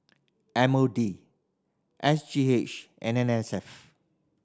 M O D S G H and N S F